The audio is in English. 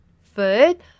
food